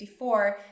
1954